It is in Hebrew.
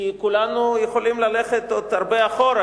כי כולנו יכולים ללכת עוד הרבה אחורה,